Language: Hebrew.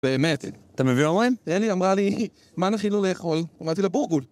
באמת, אתם מביא אורן? כן, היא אמרה לי, מה נכין לו לאכול? אמרתי לה בורגול.